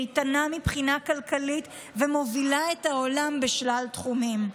איתנה מבחינה כלכלית ומובילה את העולם בשלל תחומים.